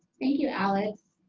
thank you alex.